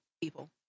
People